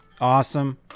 awesome